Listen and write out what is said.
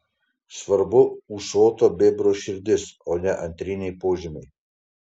svarbu ūsuoto bebro širdis o ne antriniai požymiai